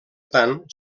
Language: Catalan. tant